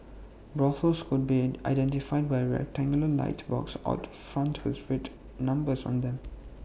brothels could be identified by A rectangular light box out front with red numbers on them